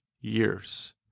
years